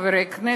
חברי הכנסת,